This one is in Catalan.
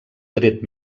tret